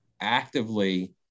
actively